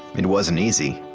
it wasn't easy,